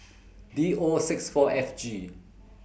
D O six four F G